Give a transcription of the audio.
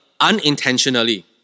unintentionally